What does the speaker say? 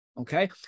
Okay